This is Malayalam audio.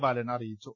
ബാലൻ അറിയിച്ചു